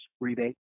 rebate